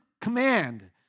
command